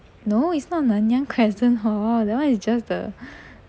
no it's not nanyang crescent hall that [one] is just the